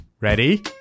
Ready